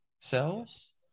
cells